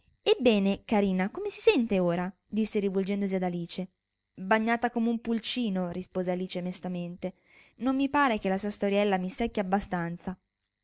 ebbene carina come si sente ora disse rivolgendosi ad alice bagnata come un pulcino rispose alice mestamente non mi pare che la sua storiella mi secchi abbastanza